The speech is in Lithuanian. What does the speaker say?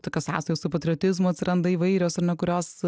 tokios sąsajos su patriotizmu atsiranda įvairios ar ne kurios